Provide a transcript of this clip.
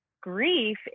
grief